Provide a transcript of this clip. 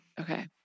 Okay